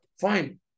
Fine